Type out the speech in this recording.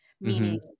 Meaning